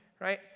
right